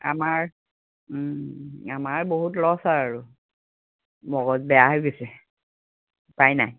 আমাৰ আমাৰ বহুত লছ আৰু মগজ বেয়া হৈ গৈছে উপায় নাই